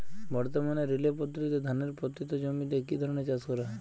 বর্তমানে রিলে পদ্ধতিতে ধানের পতিত জমিতে কী ধরনের চাষ করা হয়?